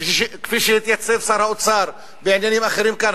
כפי שהתייצב שר האוצר בעניינים אחרים כאן,